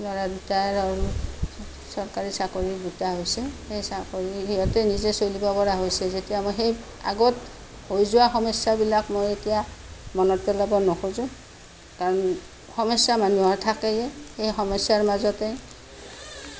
ল'ৰা দুটাৰ চৰকাৰী চাকৰী দুটা হৈছে সেই চাকৰিৰে সিহঁতো নিজে চলিব পৰা হৈছে যেতিয়া মই সেই আগত হৈ যোৱা সমস্যাবিলাক মোৰ এতিয়া মনত পেলাব নোখোজোঁ কাৰণ সমস্যা মানুহৰ থাকেই সেই সমস্যাৰ মাজতে